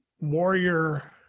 Warrior